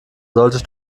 sollte